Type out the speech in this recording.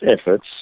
efforts